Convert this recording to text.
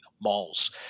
malls